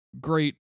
great